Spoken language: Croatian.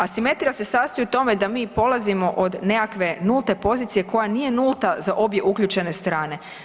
Asimetrija se sastoji u tome da mi polazimo od nekakve nulte pozicije koja nije nulta za obje uključene strane.